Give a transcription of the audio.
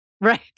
Right